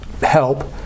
help